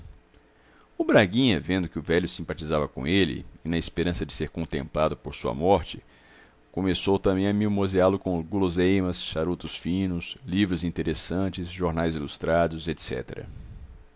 o braguinha vendo que o velho simpatizava com ele e na esperança de ser contemplado por sua morte começou também a mimoseá lo com guloseimas charutos finos livros interessantes jornais ilustrados